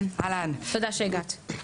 תודה שהגעת.